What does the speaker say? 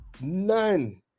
none